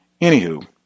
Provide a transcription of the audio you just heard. Anywho